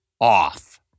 Off